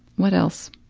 what else?